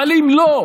אבל אם לא,